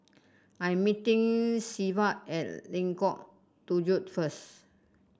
I'm meeting Severt at Lengkong Tujuh first